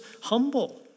humble